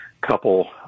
couple